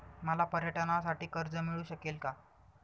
मला पर्यटनासाठी कर्ज मिळू शकेल का?